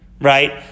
right